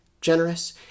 generous